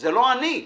לא אני.